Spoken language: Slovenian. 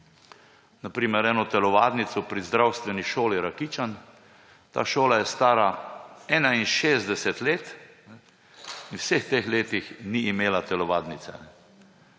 na primer eno telovadnico pri zdravstveni šoli Rakičan. Ta šola je stara 61 let in v vseh teh letih ni imela telovadnice.